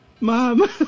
Mom